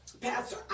Pastor